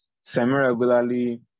semi-regularly